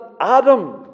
Adam